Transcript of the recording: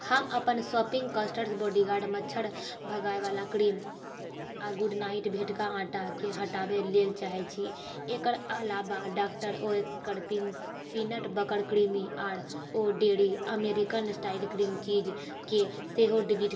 हम अपन शॉपिंग कार्टसँ बॉडीगार्ड मच्छर भगबयवला क्रीम आ गुडडाइट भेटक आटा क हटाबै लेल चाहै छी एकर अलाबा doctor Oetker peanut butter creamy आर आर ओ dairy American style cream cheese कऽ सेहो डिलीट करु